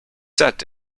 set